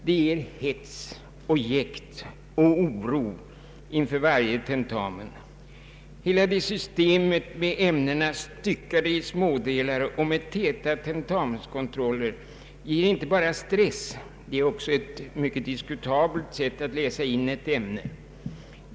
Det är hets och jäkt och oro inför varje tentamen. Systemet med ämnena styckade i smådelar och med täta tentamenskontroller ger inte bara stress, utan det är också ett mycket diskutabelt sätt att läsa in ett ämne.